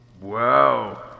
Wow